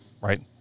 right